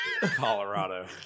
Colorado